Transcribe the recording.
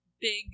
big